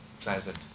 pleasant